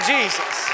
Jesus